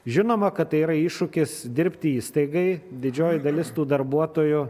žinoma kad tai yra iššūkis dirbti įstaigai didžioji dalis tų darbuotojų